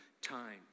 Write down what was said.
time